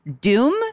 Doom